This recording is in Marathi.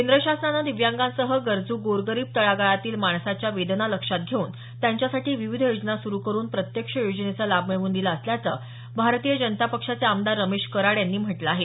केंद्र शासनानं दिव्यांगांसह गरजू गोरगरीब तळागाळातील माणसाच्या वेदना लक्षात घेऊन त्यांच्यासाठी विविध योजना सुरू करून प्रत्यक्ष योजनेचा लाभ मिळवून दिला असल्याचं भारतीय जनता पक्षाचे आमदार रमेश कराड यांनी म्हटलं आहे